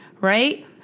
right